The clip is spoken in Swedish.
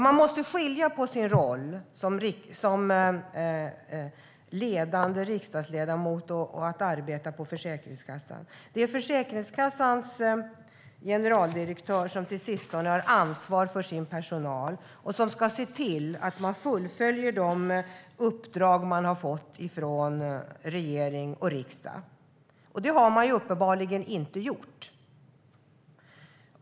Man måste skilja på sin roll som ledande riksdagsledamot och arbete på Försäkringskassan. Det är Försäkringskassans generaldirektör som ytterst har ansvar för sin personal och ska se till att man fullföljer de uppdrag man fått från regering och riksdag. Det har man uppenbarligen inte gjort.